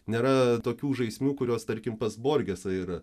nėra tokių žaismių kurios tarkim pas borgesą yra